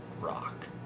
rock